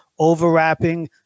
overwrapping